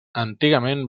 antigament